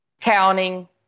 Counting